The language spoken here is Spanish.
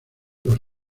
los